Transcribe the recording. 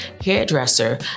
hairdresser